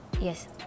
Yes